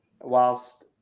whilst